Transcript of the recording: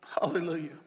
Hallelujah